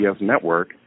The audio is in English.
network